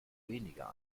weniger